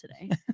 today